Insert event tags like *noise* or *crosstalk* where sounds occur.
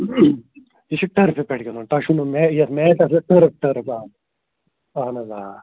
یہِ چھُ ٹٔرفہِ پٮ۪ٹھ گنٛدُن تۄہہِ چھُو نہٕ مے یَتھ میٹَس *unintelligible* ٹٔرٕف ٹٔرٕف *unintelligible* اَہَن حظ آ